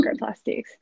microplastics